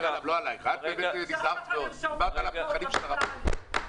אפשר ככה לרשום פרוטוקול, רבותיי.